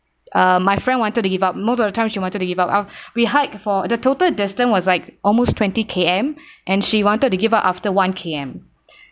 uh my friend wanted to give up most of the time she wanted to give up ah we hiked for the total distance was like almost twenty K_M and she wanted to give up after one K_M